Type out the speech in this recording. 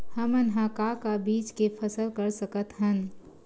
हमन ह का का बीज के फसल कर सकत हन?